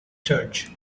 church